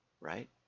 right